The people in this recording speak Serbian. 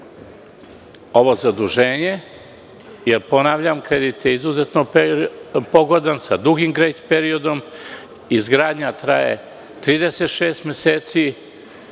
ovo zaduženje, jer ponavljam kredit je izuzetno povoljan sa dugim grejs periodom. Izgradnja traje 36 meseci.